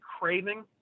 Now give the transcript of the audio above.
craving